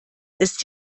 ist